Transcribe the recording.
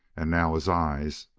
and now his eyes,